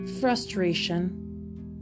frustration